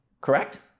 correct